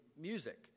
music